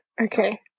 Okay